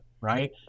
right